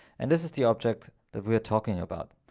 and this is the object that we're talking about.